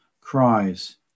cries